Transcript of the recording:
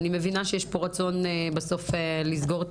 אני מבינה שיש פה רצון לפתור את